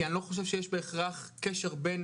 כי אני לא חושב שיש בהכרח קשר בין